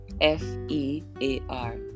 F-E-A-R